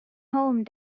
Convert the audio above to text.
home